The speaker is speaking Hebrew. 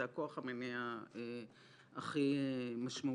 זה הכוח המניע הכי משמעותי.